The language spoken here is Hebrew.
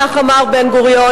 כך אמר בן-גוריון,